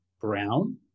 Brown